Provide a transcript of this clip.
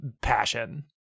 passion